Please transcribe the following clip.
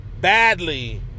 badly